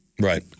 Right